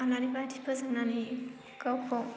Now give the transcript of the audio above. आलारि बाथि फोजोंनानै गावखौ